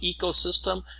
ecosystem